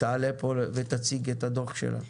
תעלה ותציג פה את הדוח שלה.